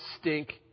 stink